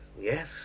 Yes